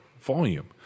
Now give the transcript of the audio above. volume